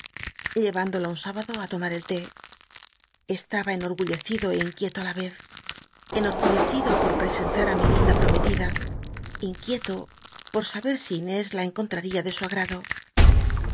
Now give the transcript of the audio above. un sü baflo á tomar el té gullecido é inquieto í la vez cnorestaba enor gu llecido por presenlat á mi linda pr omclida inquieto por saber si inés la cnconlml'ia de su agrado